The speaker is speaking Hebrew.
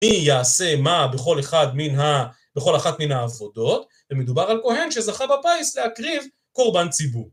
אי יעשה מה בכל אחת מן העבודות ומדובר על כהן שזכה בפיס להקריב קורבן ציבור